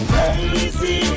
Crazy